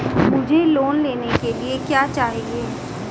मुझे लोन लेने के लिए क्या चाहिए?